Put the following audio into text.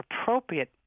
appropriate